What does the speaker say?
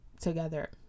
together